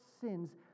sins